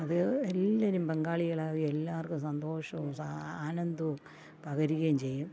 അത് എല്ലാവരും പങ്കാളികളാകുകയും എല്ലാവർക്കും സന്തോഷവും സ ആനന്ദവും പകരുകയും ചെയ്യും